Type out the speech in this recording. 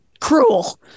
cruel